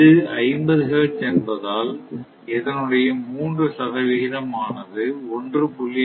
இது 50 Hz என்பதால் இதனுடைய 3 ஆனது 1